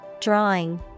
Drawing